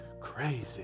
crazy